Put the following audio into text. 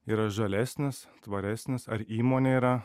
yra žalesnis tvaresnis ar įmonė yra